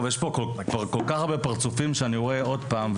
יש פה כל כך הרבה פרצופים שאני רואה עוד פעם,